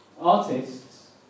artists